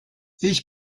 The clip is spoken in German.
ich